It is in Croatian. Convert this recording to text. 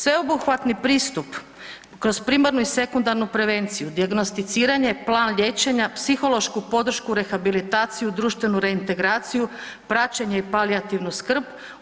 Sveobuhvatni pristup kroz primarnu i sekundarnu prevenciju dijagnosticiranje, plan liječenja, psihološku podršku rehabilitaciju, društvenu reintegraciju, praćenje i palijativnu skrb.